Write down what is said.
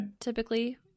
Typically